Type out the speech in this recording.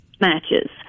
matches